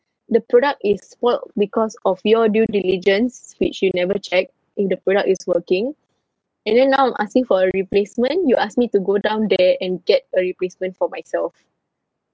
the product is spoilt because of your due diligence which you never checked if the product is working and then now I'm asking for a replacement you ask me to go down there and get a replacement for myself